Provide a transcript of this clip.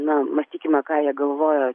na mąstykime ką jie galvojo